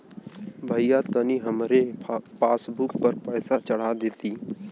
भईया तनि हमरे पासबुक पर पैसा चढ़ा देती